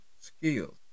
skills